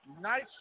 Nice